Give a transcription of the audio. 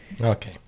okay